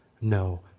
no